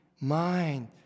mind